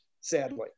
sadly